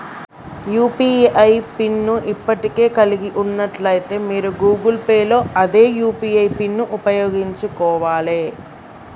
UPI PIN ను ఇప్పటికే కలిగి ఉన్నట్లయితే మీరు గూగుల్ పే లో అదే యూ.పీ.ఐ పిన్ను ఉపయోగించుకోవాలే